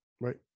right